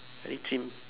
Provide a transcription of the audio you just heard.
very chim